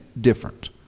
different